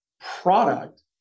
product